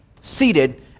seated